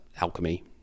alchemy